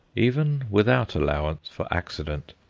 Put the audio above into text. even without allowance for accident,